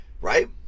Right